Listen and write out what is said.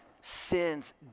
sins